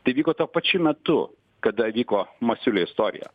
tai vyko tuo pačiu metu kada vyko masiulio istorija